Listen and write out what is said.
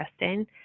interesting